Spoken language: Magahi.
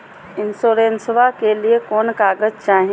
इंसोरेंसबा के लिए कौन कागज चाही?